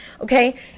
okay